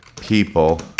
people